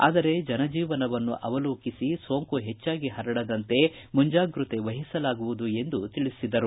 ಆದರೆ ಜನಜೀವನವನ್ನು ಅವಲೋಕಿಸಿ ಸೋಂಕು ಹೆಚ್ಚಾಗಿ ಪರಡದಂತೆ ಮುಂಜಾಗೃತೆ ವಹಿಸಲಾಗುವುದು ಎಂದು ತಿಳಿಸಿದರು